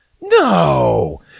No